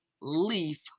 leaf